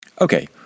Okay